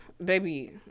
Baby